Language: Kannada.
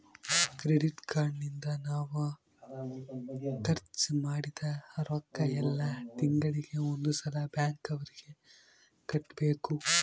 ಕ್ರೆಡಿಟ್ ಕಾರ್ಡ್ ನಿಂದ ನಾವ್ ಖರ್ಚ ಮದಿದ್ದ್ ರೊಕ್ಕ ಯೆಲ್ಲ ತಿಂಗಳಿಗೆ ಒಂದ್ ಸಲ ಬ್ಯಾಂಕ್ ಅವರಿಗೆ ಕಟ್ಬೆಕು